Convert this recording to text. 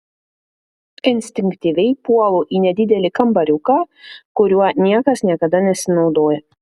instinktyviai puolu į nedidelį kambariuką kuriuo niekas niekada nesinaudoja